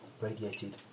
radiated